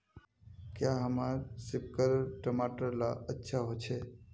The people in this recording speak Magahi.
क्याँ हमार सिपकलर टमाटर ला अच्छा होछै?